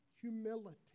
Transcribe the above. Humility